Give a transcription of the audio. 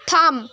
থাম